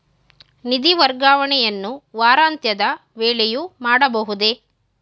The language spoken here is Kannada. ನಿಧಿ ವರ್ಗಾವಣೆಯನ್ನು ವಾರಾಂತ್ಯದ ವೇಳೆಯೂ ಮಾಡಬಹುದೇ?